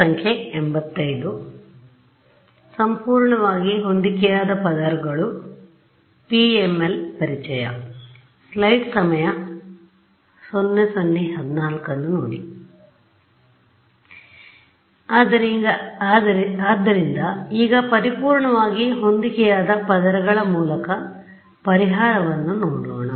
ಸಂಪೂರ್ಣವಾಗಿ ಹೊಂದಿಕೆಯಾದ ಪದರಗಳು ಪರಿಚಯ ಆದ್ದರಿಂದ ಈಗ ಪರಿಪೂರ್ಣವಾಗಿ ಹೊಂದಿಕೆಯಾದ ಪದರಗಳ ಮೂಲಕ ಪರಿಹಾರವನ್ನು ನೋಡೋಣ